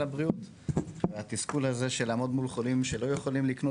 הבריאות והתסכול הזה שלעמוד מול חולים שלא יכולים לקנות